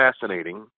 fascinating